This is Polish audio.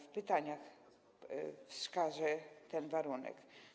W pytaniach wskażę ten warunek.